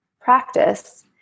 practice